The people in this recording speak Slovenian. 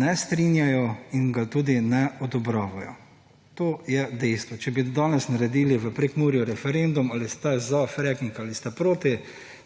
ne strinjajo in ga tudi ne odobravajo. To je dejstvo. Če bi danes naredili v Prekmurju referendum ali ste za fracking ali ste proti,